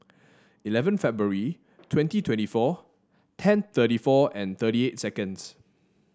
eleven February twenty twenty four ten thirty four and thirty eight seconds